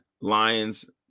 Lions